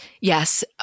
Yes